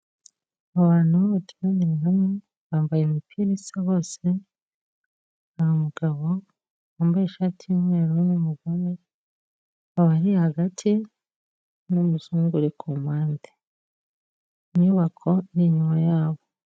Abantu bateraniye hamwe bambaye imipira isa bose nta mugabo wambaye ishati y'umweru n'umugore babari hagati n'umuzungu uri ku mpande, inyubako iri inyuma yabo.